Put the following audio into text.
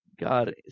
god